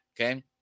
okay